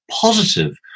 positive